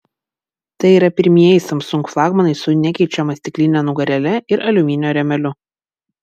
tai yra pirmieji samsung flagmanai su nekeičiama stikline nugarėle ir aliuminio rėmeliu